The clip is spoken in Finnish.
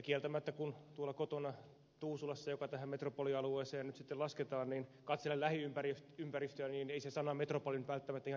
kieltämättä kun tuolla kotona tuusulassa joka tähän metropolialueeseen nyt sitten lasketaan katselen lähiympäristöä niin ei se sana metropoli nyt välttämättä ihan ensimmäisenä mieleen tule